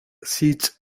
siege